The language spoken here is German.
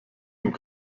dem